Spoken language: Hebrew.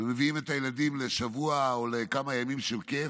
מביאים את הילדים לשבוע או לכמה ימים של כיף,